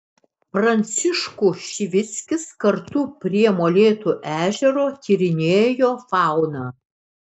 pranciškų šivickis kartu prie molėtų ežero tyrinėjo fauną